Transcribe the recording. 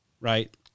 right